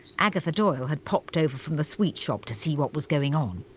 agatha doyle had popped over from the sweet shop to see what was going on.